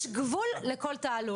יש גבול לכל תעלול.